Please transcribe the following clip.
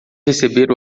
receber